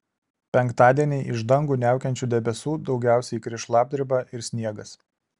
penktadienį iš dangų niaukiančių debesų daugiausiai kris šlapdriba ir sniegas